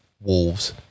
Wolves